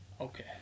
Okay